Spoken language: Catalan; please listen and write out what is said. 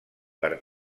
per